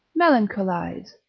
melancholise,